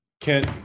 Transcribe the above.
Kent